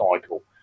cycle